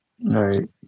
Right